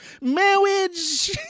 Marriage